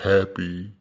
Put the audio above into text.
Happy